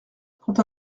quand